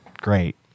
great